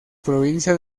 provincia